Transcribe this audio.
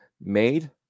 made